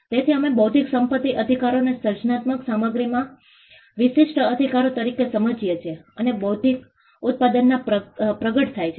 તેથી અમે બૌદ્ધિક સંપત્તિ અધિકારોને સર્જનાત્મક સામગ્રીમાં વિશિષ્ટ અધિકારો તરીકે સમજીએ છીએ પછી ભૌતિક ઉત્પાદનમાં પ્રગટ થાય છે